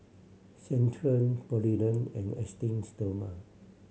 Centrum Polident and Esteem Stoma